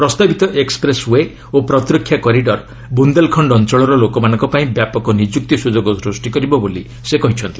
ପ୍ରସ୍ତାବିତ expressway ଓ ପ୍ରତିରକ୍ଷା କରିଡ଼ର ବୁନ୍ଦେଲଖଣ୍ଡ ଅଞ୍ଚଳର ଲୋକମାନଙ୍କ ପାଇଁ ବ୍ୟାପକ ନିଯୁକ୍ତି ସୁଯୋଗ ସୃଷ୍ଟି କରିବ ବୋଲି ସେ କହିଛନ୍ତି